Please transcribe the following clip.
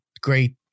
great